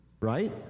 right